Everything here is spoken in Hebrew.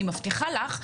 אני מבטיחה לך,